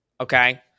okay